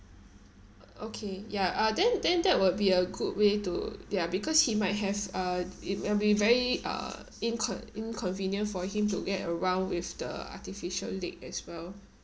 okay ya uh then then that would be a good way to ya because he might have uh it it'll be very uh inco~ inconvenient for him to get around with the artificial leg as well